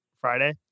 Friday